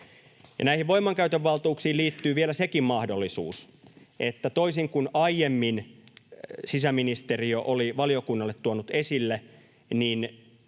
Näihin voimankäytön valtuuksiin liittyy vielä sekin mahdollisuus, että toisin kuin aiemmin sisäministeriö oli valiokunnalle tuonut esille, niin